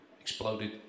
exploded